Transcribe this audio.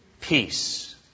Peace